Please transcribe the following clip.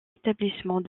établissement